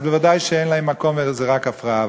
אז ודאי שאין להם מקום וזו רק הפרעה.